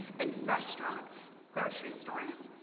and restaurants, grocery stores,